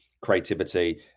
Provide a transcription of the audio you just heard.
creativity